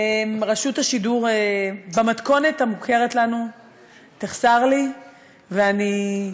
רשות השידור במתכונת המוכרת לנו תחסר לי ואני,